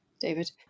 David